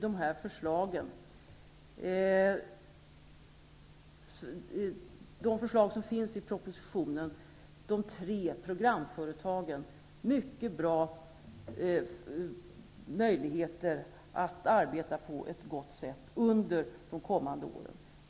De förslag som finns i propositionen ger sammantaget de tre programföretagen mycket bra möjligheter att arbeta på ett gott sätt under de kommande åren.